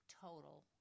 total